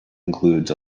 includes